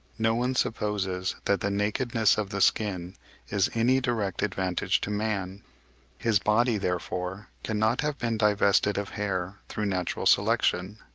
no one supposes that the nakedness of the skin is any direct advantage to man his body therefore cannot have been divested of hair through natural selection.